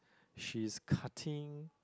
she's cutting